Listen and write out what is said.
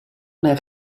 nel